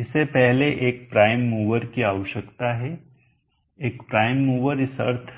इसे सबसे पहले एक प्राइम मूवर की आवश्यकता है एक प्राइम मूवर इस अर्थ